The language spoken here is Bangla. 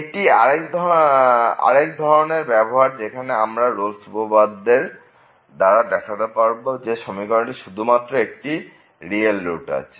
এটি আরেক ধরনের ব্যবহার যেখানে আমরা রোল'স উপপাদ্য র দাঁড়া দেখাতে পারব যে সমীকরণটির শুধুমাত্র একটি রিয়েল রুট আছে